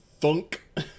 Funk